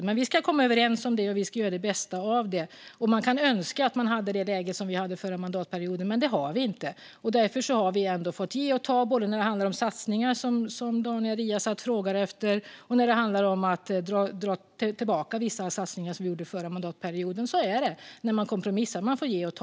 Men vi ska komma överens och göra det bästa av det. Man kan önska att vi hade det läge som vi hade förra mandatperioden, men det har vi inte. Därför har vi fått ge och ta både när det handlar om satsningar, som Daniel Riazat frågar efter, och när det handlar om att dra tillbaka vissa satsningar som vi gjorde förra mandatperioden. Så är det när man kompromissar. Man får ge och ta.